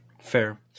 Fair